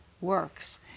works